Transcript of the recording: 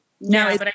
No